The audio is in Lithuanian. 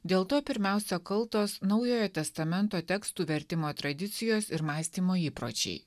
dėl to pirmiausia kaltos naujojo testamento tekstų vertimo tradicijos ir mąstymo įpročiai